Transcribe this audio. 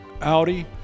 Audi